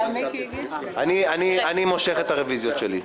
אני מושך את הרביזיות שלי.